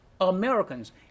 americans